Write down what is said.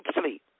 sleep